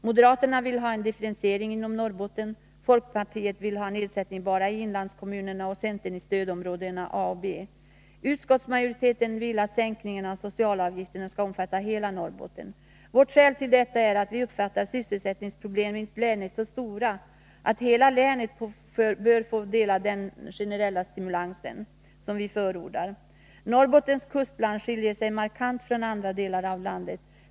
Moderaterna vill ha en differentiering inom Norrbotten, folkpartiet vill ha nedsättning bara i inlandskommunerna och centern i stödområdena A och B. Utskottsmajoriteten vill att sänkningen av socialavgifterna skall omfatta hela Norrbotten. Vårt skäl till detta är att vi uppfattar sysselsättningsproblemenii länet som så stora att hela länet bör få del av den generella stimulans som vi förordar. Norrbottens kustland skiljer sig markant från andra delar av landet.